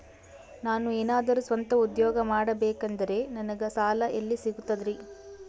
ನಾನು ಏನಾದರೂ ಸ್ವಂತ ಉದ್ಯೋಗ ಮಾಡಬೇಕಂದರೆ ನನಗ ಸಾಲ ಎಲ್ಲಿ ಸಿಗ್ತದರಿ?